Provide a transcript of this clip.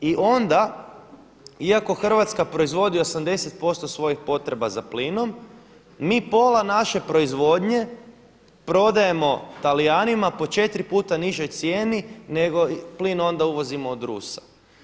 I onda iako Hrvatska proizvodi 80% svojih potreba za plinom mi pola naše proizvodnje prodajemo Talijanima po četiri puta nižoj cijeni, nego plin uvozimo od Rusa.